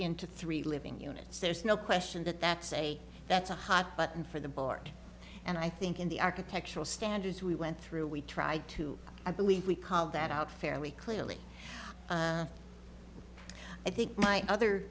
into three living units there's no question that that's a that's a hot button for the board and i think in the architectural standards we went through we tried to i believe we call that out fairly clearly i think my other